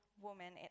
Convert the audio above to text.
woman